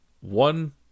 one